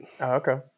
okay